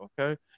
okay